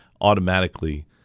automatically